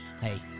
Hey